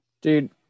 Dude